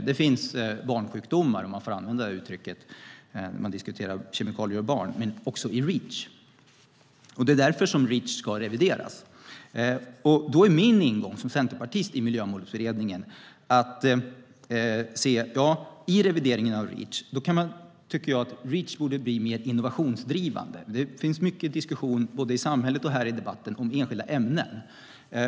Det finns barnsjukdomar, om jag får använda det uttrycket när vi diskuterar kemikalier och barn, också i Reach. Det är därför som Reach ska revideras. Då är min ingång som centerpartist i Miljömålsberedningen att Reach vid revideringen borde bli mer innovationsdrivande. Det finns mycket diskussion både i samhället och här i debatten om enskilda ämnen.